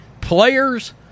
players